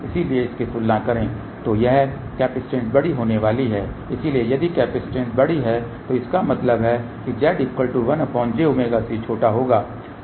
इसलिए इसकी तुलना करें तो यह कैपेसिटेंस बड़ी होने वाली है इसलिए यदि कैपेसिटेंस बड़ी है तो इसका मतलब है Z1jωC छोटा होगा